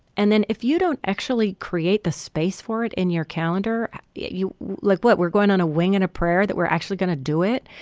and then if you don't actually create the space for it in your calendar yeah you like what we're going on a wing and a prayer that we're actually going to do it.